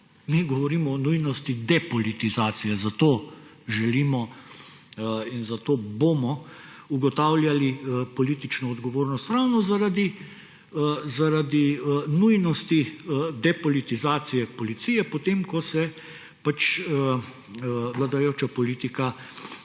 Mi govorimo o nujnosti depolitizacije, zato želimo in zato bomo ugotavljali politično odgovornost ravno zaradi nujnosti depolitizacije policije, potem ko se vladajoča politika